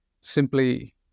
simply